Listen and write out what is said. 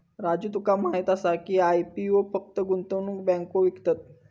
राजू तुका माहीत आसा की, आय.पी.ओ फक्त गुंतवणूक बँको विकतत?